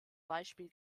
beispiel